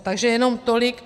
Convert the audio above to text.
Takže jenom tolik.